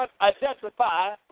identify